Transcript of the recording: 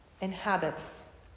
inhabits